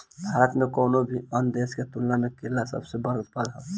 भारत कउनों भी अन्य देश के तुलना में केला के सबसे बड़ उत्पादक ह